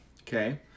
Okay